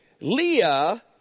Leah